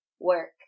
work